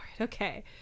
okay